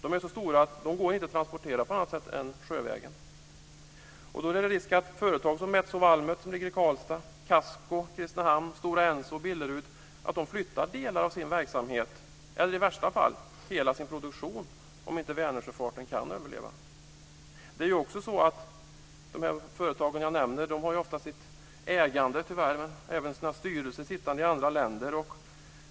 De är så stora att de inte går att transportera på annat sätt än sjövägen. Det är risk att företag som Metso Valmet i Karlstad, Casco i Kristinehamn och Stora Enso i Billerud flyttar delar av sin verksamhet, eller i värsta fall hela sin produktion, om Vänersjöfarten inte kan överleva. Dessa företag har ofta sitt ägande, och tyvärr även sina styrelser, i andra länder.